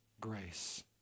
grace